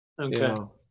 Okay